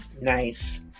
Nice